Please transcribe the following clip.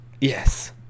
yes